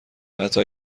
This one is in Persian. حتی